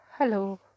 Hello